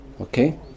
Okay